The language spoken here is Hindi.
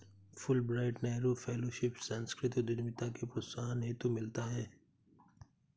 फुलब्राइट नेहरू फैलोशिप सांस्कृतिक उद्यमिता के प्रोत्साहन हेतु मिलता है